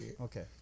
Okay